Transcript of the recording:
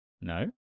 no